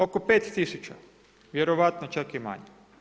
Oko 5 tisuća, vjerojatno čak i manje.